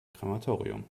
krematorium